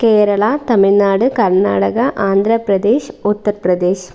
Kerala Tamil Nadu Karnataka Andhra Pradesh Uttar Pradesh